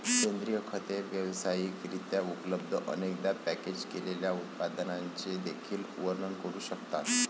सेंद्रिय खते व्यावसायिक रित्या उपलब्ध, अनेकदा पॅकेज केलेल्या उत्पादनांचे देखील वर्णन करू शकतात